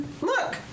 Look